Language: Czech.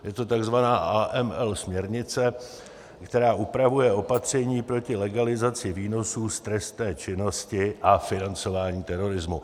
Je to takzvaná AML směrnice, která upravuje opatření proti legalizaci výnosů z trestné činnosti a financování terorismu.